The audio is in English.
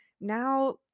now